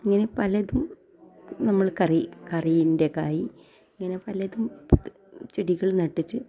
അങ്ങനെ പലതും നമ്മൾ കറി കറീൻ്റെ കായി അങ്ങനെ പലതും ചെടികൾ നട്ടിട്ട്